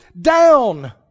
down